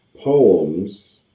poems